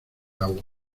agua